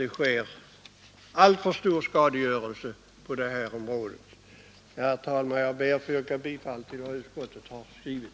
Det bör väl borga för att vi alltmer området. Herr talman! Jag ber att få yrka bifall till vad utskottet har skrivit